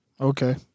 Okay